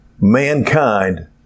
mankind